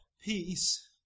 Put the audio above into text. peace